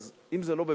אם זה לא חינוך,